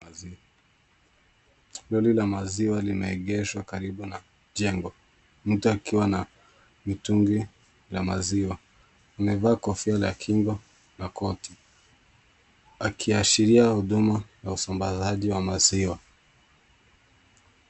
Lori la maziwa limeegeshwa karibu na jengo. Mtu akiwa na mtungi la maziwa. Amevaa kofia la kinga na koti akiashiria huduma ya usambazaji wa maziwa.